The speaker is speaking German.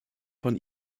von